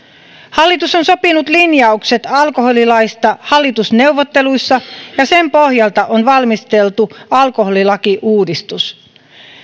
hallitus on sopinut linjaukset alkoholilaista hallitusneuvotteluissa ja sen pohjalta on valmisteltu alkoholilakiuudistus